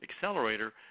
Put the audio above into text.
accelerator